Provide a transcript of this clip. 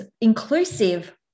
inclusive